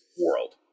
world